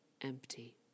empty